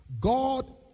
God